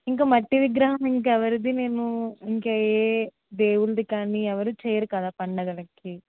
ఇంకా మట్టి విగ్రహం ఇంకా ఎవరిదీ నేను ఇంకా ఏ దేవుడి కానీ ఇంకా ఎవరు చేయరు కదా పండుగలకి